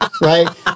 Right